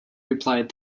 replied